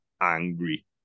angry